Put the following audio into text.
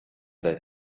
that